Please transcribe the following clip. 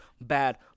bad